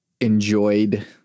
enjoyed